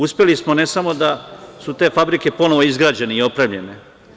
Uspeli smo ne samo da su te fabrike ponovo izgrađene i opremljene.